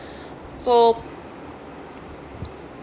so